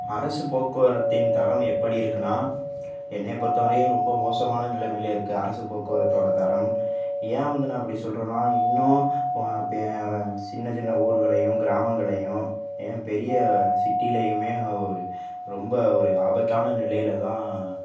அரசு போக்குவரத்தின் தரம் எப்படி இருக்குன்னா என்னைய பொறுத்த வரையும் ரொம்ப மோசமான நிலைமையில் இருக்குது அரசு போக்குவரத்தோடய தரம் ஏன் வந்து நான் இப்படி சொல்கிறேன்னா இன்னும் பே சின்ன சின்ன ஊர்களேயும் கிராமங்களேயும் ஏன் பெரிய சிட்டிலேயுமே ஒரு ரொம்ப ஒரு ஆபத்தான நிலையில் தான்